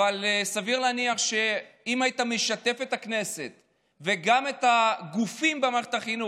אבל סביר להניח שאם היית משתף את הכנסת וגם את הגופים במערכת החינוך,